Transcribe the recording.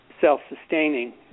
self-sustaining